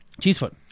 cheesefoot